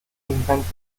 invent